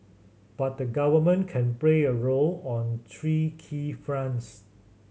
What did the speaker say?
but the Government can play a role on three key fronts